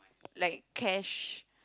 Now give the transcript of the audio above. like cash